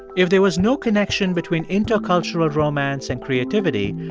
if there was no connection between intercultural romance and creativity,